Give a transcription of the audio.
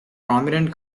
prominent